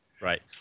right